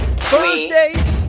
Thursday